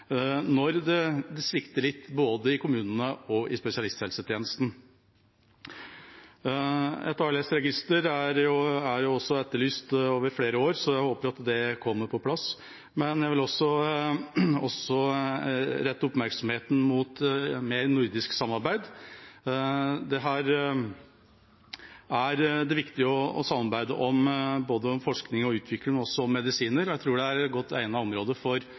når det svikter litt både i kommunene og i spesialisthelsetjenesten. Et ALS-register har jo også vært etterlyst i flere år, så jeg håper at det kommer på plass. Men jeg vil også rette oppmerksomheten mot mer nordisk samarbeid. Her er det viktig å samarbeide om både forskning, utvikling og medisiner, og jeg tror det er et godt egnet område for